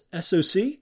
SOC